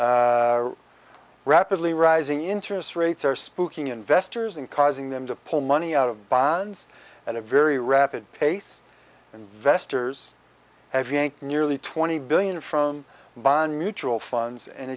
rapidly rising interest rates are speaking investors and causing them to pull money out of bonds at a very rapid pace and vester have yanked nearly twenty billion from bond mutual funds and